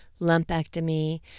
lumpectomy